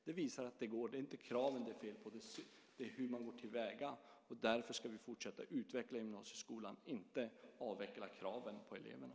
Det visar att det går och att det inte är kraven som det är fel på utan att det är hur man går till väga. Därför ska vi fortsätta att utveckla gymnasieskolan, inte avveckla kraven på eleverna.